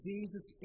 Jesus